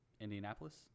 Indianapolis